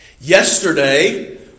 Yesterday